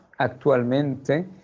Actualmente